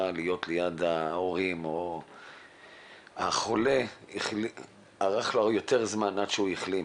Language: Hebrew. להיות ליד ההורים ואז החולה החלים אחרי יותר זמן.